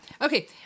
okay